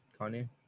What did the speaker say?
Kanye